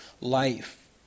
life